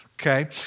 okay